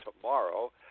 tomorrow